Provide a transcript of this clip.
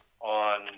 on